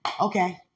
Okay